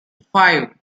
five